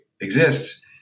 exists